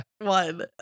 one